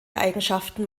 eigenschaften